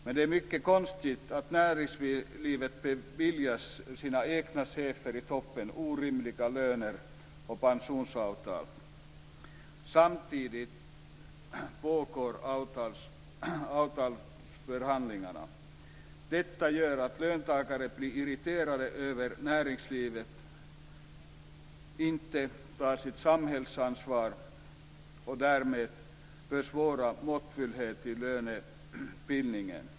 Men det är mycket konstigt att näringslivet beviljar sina egna chefer i toppen orimliga löner och pensionsavtal. Samtidigt pågår avtalsförhandlingarna. Detta gör att löntagarna blir irriterade över att näringslivet inte tar sitt samhällsansvar och därmed försvårar måttfullheten i lönebildningen.